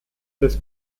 des